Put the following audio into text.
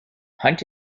hunt